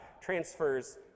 transfers